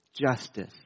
justice